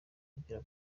agera